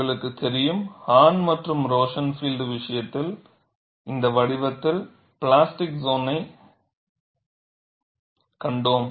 உங்களுக்குத் தெரியும் ஹான் மற்றும் ரோசன்ஃபீல்ட் விஷயத்தில் இந்த வடிவத்தில் பிளாஸ்டிக் சோன்னை கண்டோம்